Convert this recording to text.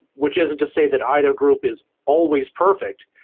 which isn't to say that either group is always perfect,